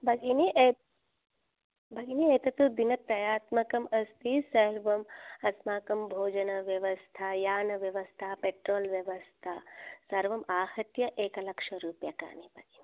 भगिनी एत भगिनी एतत् दिनत्रयात्मकम् अस्ति सर्वं अस्माकं भिजनव्यवस्था यानव्यवस्था पेट्रोल् व्यवस्था सर्वं आहत्य एकलक्षरूप्यकाणि भगिनी